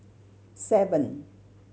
seven